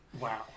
Wow